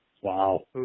Wow